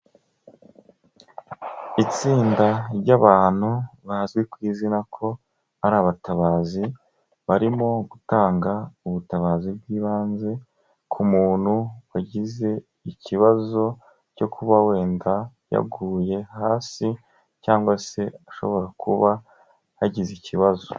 Itsinda ry'abantu bazwi ku izina ko ari abatabazi, barimo gutanga ubutabazi bw'ibanze ku muntu wagize ikibazo cyo kuba wenda yaguye hasi cyangwa se ashobora kuba yagize ikibazo.